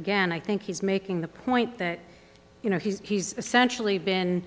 again i think he's making the point that you know he's essentially been